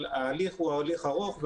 אבל הליך הוא הליך ארוך.